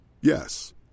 Yes